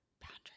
boundaries